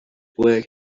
work